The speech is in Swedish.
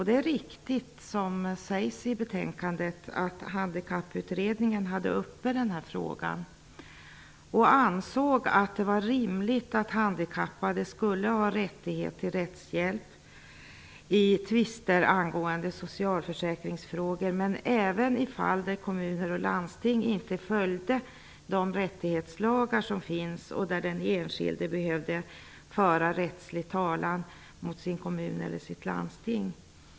Det är riktigt som sägs i betänkandet att Handikapputredningen tog upp frågan och ansåg att det var rimligt att handikappade skulle ha rättighet till rättshjälp i tvister angående socialförsäkringsfrågor och även i fall där kommun eller landsting inte följde de rättslagar som finns och den enskilde behövde föra rättslig talan mot sin kommun eller sitt landsting.